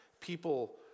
people